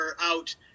out